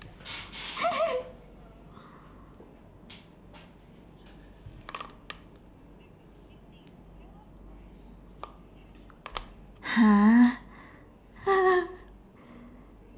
!huh!